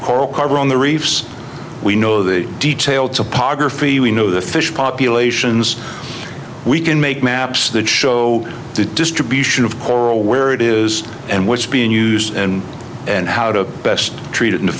coral cover on the reefs we know the detail topography we know the fish populations we can make maps that show the distribution of coral where it is and which being used and how to best treated in the